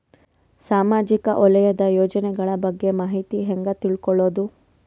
ಸಾಮಾಜಿಕ ವಲಯದ ಯೋಜನೆಗಳ ಬಗ್ಗೆ ಮಾಹಿತಿ ಹ್ಯಾಂಗ ತಿಳ್ಕೊಳ್ಳುದು?